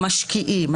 המשקיעים,